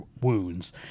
wounds